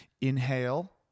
inhale